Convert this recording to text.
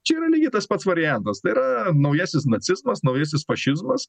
čia yra lygiai tas pats variantas tai yra naujasis nacizmas naujasis fašizmas